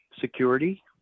security